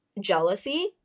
jealousy